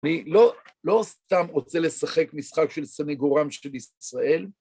מי לא סתם רוצה לשחק משחק של סניגורם של ישראל?